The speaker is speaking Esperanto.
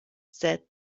sed